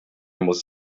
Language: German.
muss